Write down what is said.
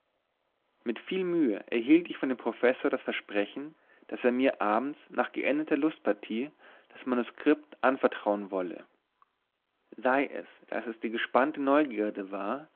mit vieler mühe erhielt ich von dem professor das versprechen daß er mir abends nach geendeter lustpartie das manuskript anvertrauen wolle sei es daß es die gespannte neugierde war